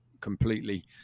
Completely